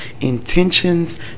Intentions